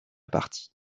partie